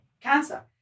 Cancer